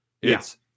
Yes